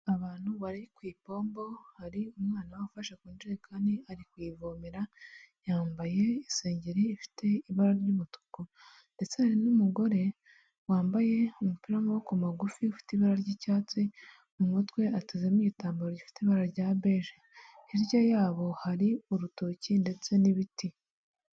Abantu bari ku ipombo hari umwana ufashekonnje kandii ari kuyivomera, yambaye isengeri ifite ibara ry'umutuku, ndetse hari n'umugore wambaye umupira w'amaboko magufi ufite ibara ry'icyatsi mu mutwe atezemo igitambaro gifite ibara rya beje, hirya yabo hari urutoki ndetse n'ibiti.